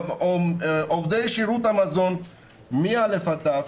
עובדי שירות המזון מא' עד ת',